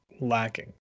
lacking